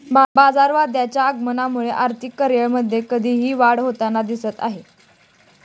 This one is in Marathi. बाजारवादाच्या आगमनामुळे आर्थिक करिअरमध्ये कधीही वाढ होताना दिसत आहे